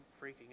freaking